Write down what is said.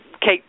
Kate